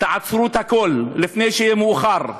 תעצרו את הכול לפני שיהיה מאוחר.